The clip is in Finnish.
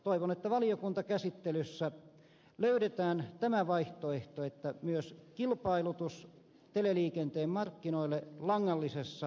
toivon että valiokuntakäsittelyssä löydetään myös tämä vaihtoehto että on myös kilpailutus teleliikenteen markkinoille langallisessa viestintäverkossa